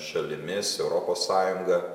šalimis europos sąjunga